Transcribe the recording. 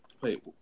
wait